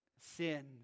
sin